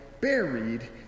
buried